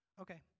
Okay